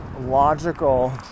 logical